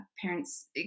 parents